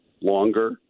longer